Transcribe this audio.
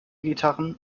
gitarren